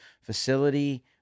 facility